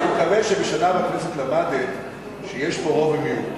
אני מקווה שבשנה בכנסת למדת שיש פה רוב ומיעוט.